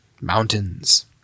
mountains